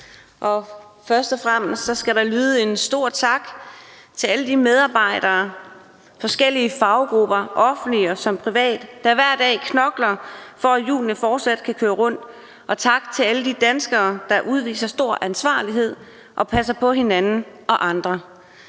Først og fremmest skal der lyde en stor tak til alle de medarbejdere og forskellige faggrupper, offentlige som private, der hver dag knokler, for at hjulene fortsat kan køre rundt. Og tak til alle de danskere, der udviser stor ansvarlighed og passer på hinanden og andre.